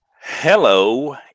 Hello